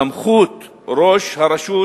סמכות ראש הרשות,